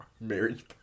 Marriage